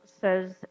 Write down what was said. says